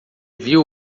viu